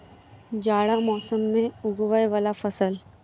जाड़ा मौसम मे उगवय वला फसल?